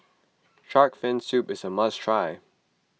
Shark's Fin Soup is a must try